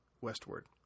westward